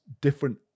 different